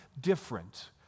different